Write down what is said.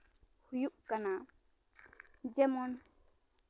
ᱦᱩᱭᱩᱜ ᱠᱟᱱᱟ ᱡᱮᱢᱚᱱ